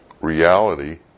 reality